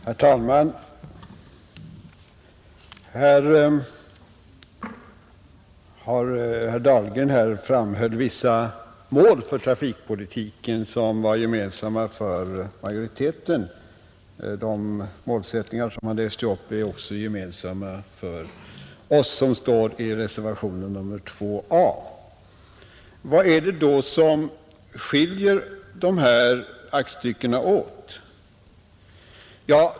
Herr talman! Herr Dahlgren framhöll vissa målsättningar i trafikpolitiken som var gemensamma för majoriteten, De målsättningar som han nämnde är också gemensamma för oss som står under reservationen 2 a. Vad är det då som skiljer de här aktstyckena åt?